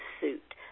suit